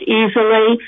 easily